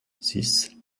six